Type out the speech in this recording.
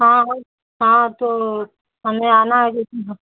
हाँ हाँ तो हमें आना है लेकिन